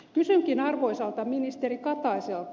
kysynkin arvoisalta ministeri kataiselta